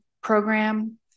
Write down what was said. program